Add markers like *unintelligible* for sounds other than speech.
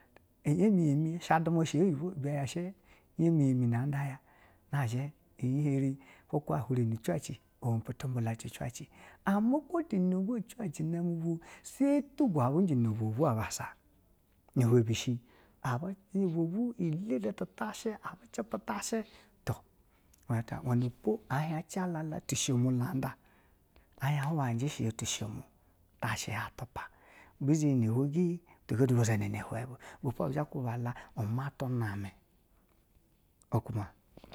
Yami yami shituma shi yibwo ibe shi yami yam na ata ya nezhi chihoru na zhi ɛhiru ni church na zhi o i pe tibula ni church, ama kwo tu no go church na ya vwo seme anda tugo ina vwovwo obu bassa *unintelligible* a je a vwovwo lele abi cepa utashi, to ahien jala tu sho mu landa a hiya hwayi aji shi ya to sho mu, tashi ya bezhe ihwa gege butu ga tu bezha ina hwan ga ibepo aba la ima tuname okuma. *noise*